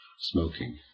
smoking